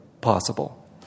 possible